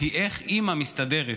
היא איך אימא מסתדרת,